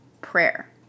prayer